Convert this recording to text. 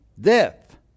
death